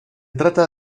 trata